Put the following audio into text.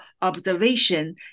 Observation